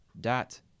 dot